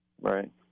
Right